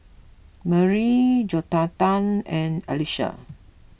Marlie Jonatan and Alicia